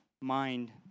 Mind